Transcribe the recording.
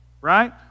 right